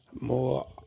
more